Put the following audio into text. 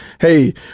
Hey